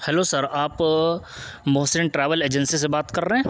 hello sir آپ Mohsin travel agency سے بات کر رہے ہیں